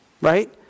Right